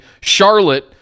Charlotte